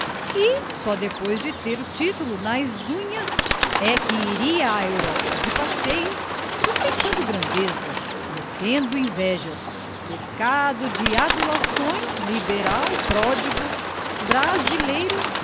só depois de ter o titulo nas unhas é que iria à europa de passeio sustentando grandeza metendo invejas cercado de adulações liberal pródigo brasileiro